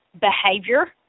behavior